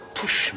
push